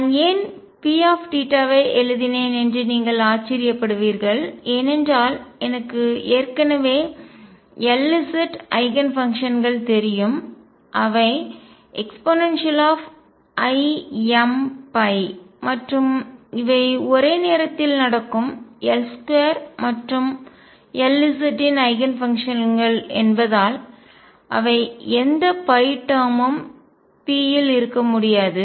நான் ஏன் Pθ ஐ எழுதினேன் என்று நீங்கள் ஆச்சரியப்படுவீர்கள் ஏனென்றால் எனக்கு ஏற்கனவே Lz ஐகன் ஃபங்க்ஷன்கள் தெரியும் அவை eimϕ மற்றும் இவை ஒரே நேரத்தில் நடக்கும் L2 மற்றும் Lz யின் ஐகன்ஃபங்க்ஷன்கள் என்பதால் அவை எந்த டேர்ம் மும் P இல் இருக்க முடியாது